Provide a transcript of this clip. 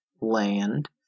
Land